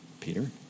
Peter